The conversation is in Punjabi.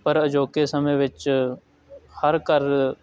ਪਰ ਅਜੋਕੇ ਸਮੇਂ ਵਿੱਚ ਹਰ ਘਰ